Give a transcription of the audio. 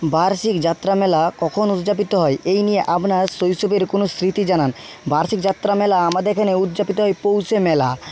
বার্ষিক যাত্রামেলা কখন উদযাপিত হয় এই নিয়ে আপনার শৈশবের কোনো স্মৃতি জানান বার্ষিক যাত্রামেলা আমাদের এখানে উদযাপিত হয় পৌষে মেলা